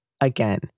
Again